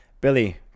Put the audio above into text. Billy